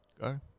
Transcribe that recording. go